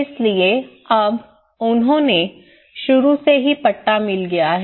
इसलिए अब उन्हें शुरू से ही पट्टा मिल गया है